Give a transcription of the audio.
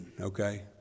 okay